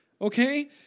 Okay